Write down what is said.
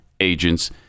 agents